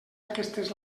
aquestes